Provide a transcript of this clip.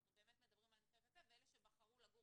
אנחנו באמת מדברים על מקרי קצה ואלה שבחרו לגור,